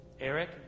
Eric